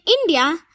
India